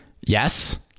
Yes